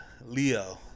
Leo